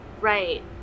Right